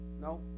No